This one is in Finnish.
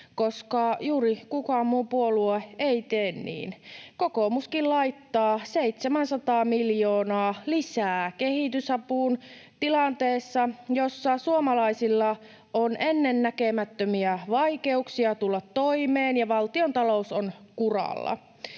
koska juuri mikään muu puolue ei tee niin. Kokoomuskin laittaa 700 miljoonaa lisää kehitysapuun tilanteessa, jossa suomalaisilla on ennennäkemättömiä vaikeuksia tulla toimeen ja valtion talous on kuralla.